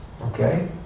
Okay